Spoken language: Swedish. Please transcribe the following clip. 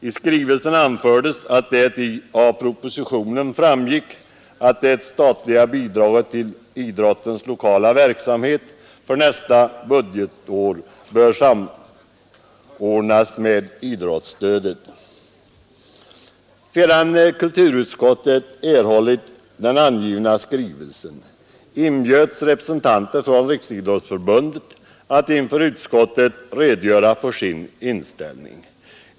I skrivelsen anföres att det av propositionen framgår att det statliga bidraget till idrottens lokala verksamhet från nästa budgetår bör samordnas med övrigt idrottsstöd. Sedan kulturutskottet erhållit denna skrivelse inbjöds representanter för Riksidrottsförbundet att inför utskottet redogöra för sin inställning.